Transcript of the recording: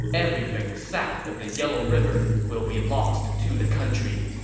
everything south of the yellow river will be lost to the country.